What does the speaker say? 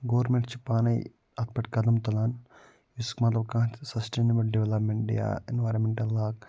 government چھِ پانَے اَتھ پٮ۪ٹھ قدم تُلان یُس مطلب کانٛہہ تہِ سسٹِنیبٕل ڈٮ۪ولَپمٮ۪نٛٹ یا اِنوارَمٮ۪نٛٹل